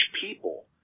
people